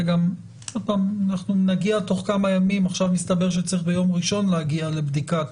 אנחנו נגיע תוך כמה ימים עכשיו מסתבר שצריך ביום ראשון להגיע לבדיקת